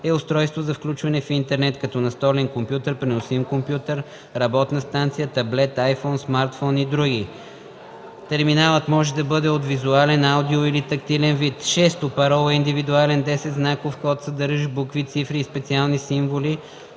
е устройство за включване в интернет като настолен компютър, преносим компютър, работна станция, таблет, айфон, смартфон и други; терминалът може да бъде от визуален, аудио или тактилен вид; 6. „парола” е индивидуален 10-знаков код, съдържащ букви, цифри и специални символи,